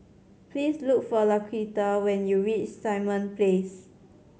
please look for Laquita when you reach Simon Place